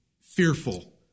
fearful